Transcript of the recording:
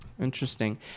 Interesting